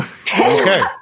Okay